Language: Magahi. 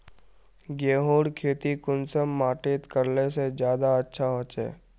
गेहूँर खेती कुंसम माटित करले से ज्यादा अच्छा हाचे?